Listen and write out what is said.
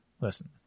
listen